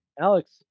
Alex